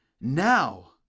now